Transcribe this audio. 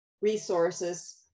resources